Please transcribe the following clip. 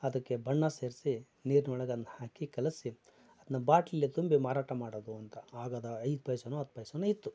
ಅದಕ್ಕೆ ಬಣ್ಣ ಸೇರಿಸಿ ನೀರಿನೊಳಗೆ ಅದ್ನ ಹಾಕಿ ಕಲಸಿ ಅದನ್ನ ಬಾಟ್ಲಿಲಿ ತುಂಬಿ ಮಾರಾಟ ಮಾಡೋದು ಅಂತ ಆಗ ಅದ ಐದು ಪೈಸನೋ ಹತ್ತು ಪೈಸನೋ ಇತ್ತು